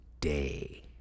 day